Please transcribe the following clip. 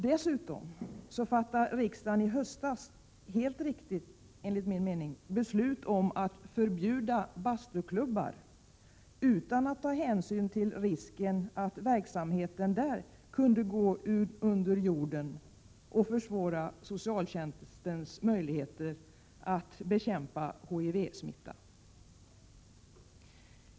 Dessutom fattade riksdagen i höstas — enligt min mening helt riktigt — beslut om att förbjuda bastuklubbar utan att ta hänsyn till risken att den verksamheten kunde gå under jorden, vilket skulle försvåra socialtjänstens möjligheter att bekämpa HIV-smitta.